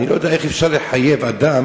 אני לא יודע איך אפשר לחייב אדם,